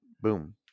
boom